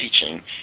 teaching